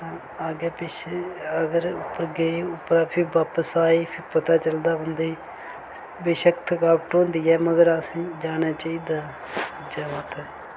अग्गे पिच्छें अगर उप्पर गे उप्परा फ्ही बापस आए फिर पता चलदा बंदे गी बेशक्क थकावट होंदी ऐ मगर असेंगी जाना चाहिदा ज्यादा उत्थै